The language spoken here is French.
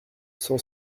cent